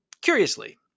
curiously